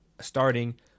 starting